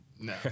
No